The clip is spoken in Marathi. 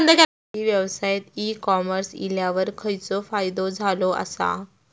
शेती व्यवसायात ई कॉमर्स इल्यावर खयचो फायदो झालो आसा?